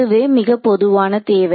இதுவே மிக பொதுவான தேவை